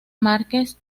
márquez